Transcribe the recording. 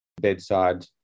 bedside